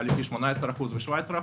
פי 18% ו-17%.